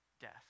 death